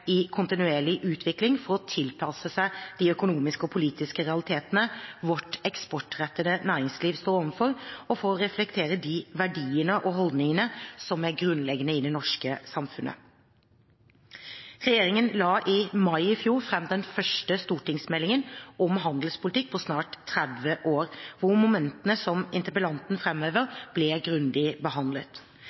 i kontinuerlig utvikling for å tilpasse seg de økonomiske og politiske realiteter vårt eksportrettede næringsliv står overfor og for å reflektere de verdiene og holdningene som er grunnleggende i det norske samfunnet. Regjeringen la i mai i fjor fram den første stortingsmeldingen om handelspolitikk på snart 30 år, der momentene som interpellanten framhever, ble svært grundig behandlet.